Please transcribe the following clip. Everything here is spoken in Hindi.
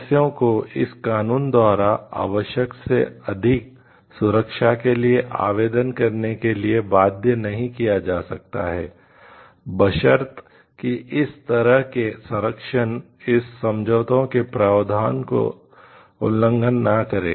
सदस्यों को इस कानून द्वारा आवश्यक से अधिक सुरक्षा के लिए आवेदन करने के लिए बाध्य नहीं किया जा सकता है बशर्ते कि इस तरह के संरक्षण इस समझौते के प्रावधानों का उल्लंघन न करें